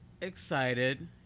excited